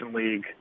League